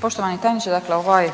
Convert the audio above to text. Poštovani tajniče, dakle ovaj